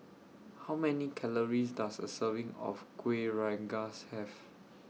How Many Calories Does A Serving of Kuih Rengas Have